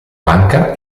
banca